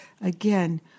Again